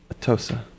Atosa